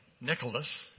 Nicholas